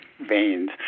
veins